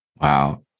Wow